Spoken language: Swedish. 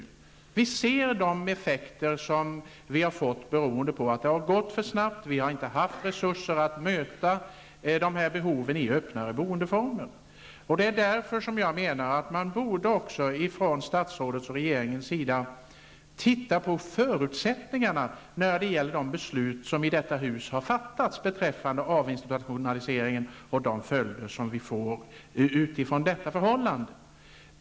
Vi ser nu effekterna av att det har gått för snabbt och att vi inte har haft resurser att möta behoven av öppnare boendeformer. Därför borde statsrådet och regeringen se på förutsättningarna för de beslut som i detta hus har fattats beträffande avinstitutionaliseringen och studerna de följder som vi får genom detta förhållande.